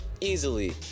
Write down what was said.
Easily